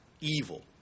evil